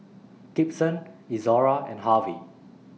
Gibson Izora and Harvy